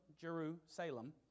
Jerusalem